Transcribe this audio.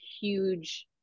huge